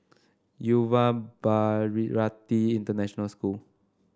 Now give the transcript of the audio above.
Yuva Bharati International School